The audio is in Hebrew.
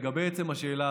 לגבי עצם השאלה,